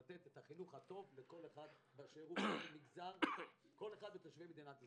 לתת את החינוך הטוב לכל אחד באשר הוא מתושבי מדינת ישראל.